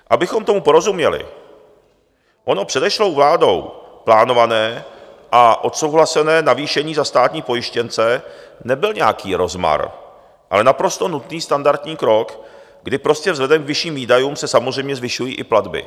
Abychom tomu porozuměli, ono předešlou vládou plánované a odsouhlasené navýšení za státní pojištěnce nebyl nějaký rozmar, ale naprosto nutný standardní krok, kdy prostě vzhledem k vyšším výdajům se samozřejmě zvyšují i platby.